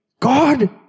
God